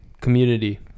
community